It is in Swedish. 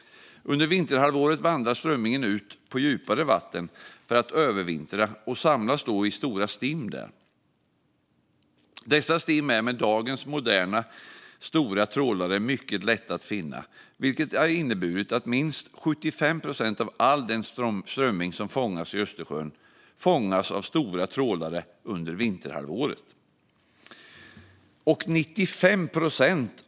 Under vinterhalvåret vandrar strömmingen ut på djupare vatten för att övervintra och samlas då i stora stim. Dessa stim är med dagens moderna stora trålare mycket lätta att finna, vilket har inneburit att minst 75 procent av all strömming som fångas i Östersjön fångas av stora trålare under vinterhalvåret.